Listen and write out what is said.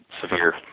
severe